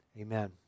Amen